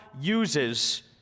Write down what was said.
uses